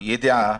ידיעה,